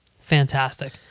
fantastic